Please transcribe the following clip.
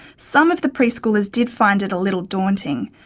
some of the preschoolers did find it a little daunting,